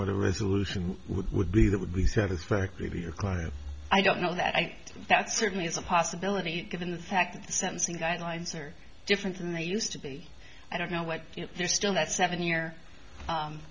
what a resolution would be that would be satisfactory to your client i don't know that i think that certainly is a possibility given the fact that the sentencing guidelines are different than they used to be i don't know what they're still that seven year